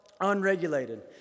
unregulated